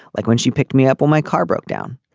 like when she picked me up or my car broke down.